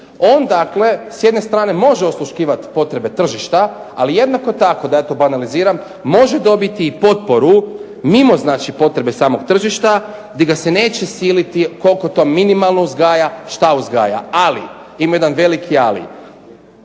On s jedne strane može osluškivati potrebe tržišta, ali jednako tako, da ja to banaliziram, može dobiti i potporu mimo potrebe samog tržišta gdje ga se neće siliti koliko to minimalno uzgaja, što uzgaja. Ali, ima jedan veliki ali,